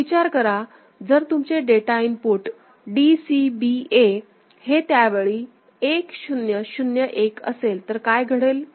तर विचार करा जर तुमचे डेटा इनपुट DCBA हे त्यावेळी1 0 0 1 असेल तर काय घडेल